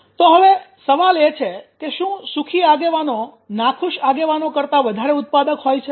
તો હવે સવાલ એ છે કે શું સુખી આગેવાનો નાખુશ આગેવાનો કરતા વધારે ઉત્પાદક હોય છે